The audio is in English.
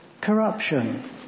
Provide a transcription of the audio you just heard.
corruption